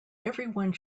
everyone